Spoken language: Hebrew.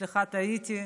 סליחה, טעיתי.